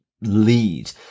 lead